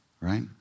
right